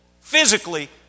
physically